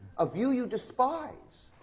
a view you despise.